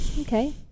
okay